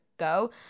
go